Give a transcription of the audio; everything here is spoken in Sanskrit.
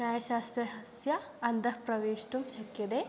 न्यायशास्त्रस्य अन्तःप्रवेष्टुं शक्यते